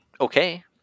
okay